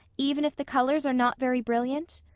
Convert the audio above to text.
even if the colors are not very brilliant?